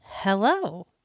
Hello